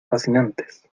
fascinantes